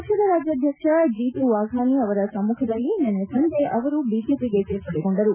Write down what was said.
ಪಕ್ಷದ ರಾಜ್ಯಾದ್ಯಕ್ಷ ಜೀತುವಾಘಾನಿ ಅವರ ಸಮ್ಮಖದಲ್ಲಿ ನಿನ್ನೆ ಸಂಜೆ ಅವರು ಬಿಜೆಪಿಗೆ ಸೇರ್ಪಡೆಗೊಂಡರು